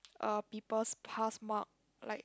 uh people past mark like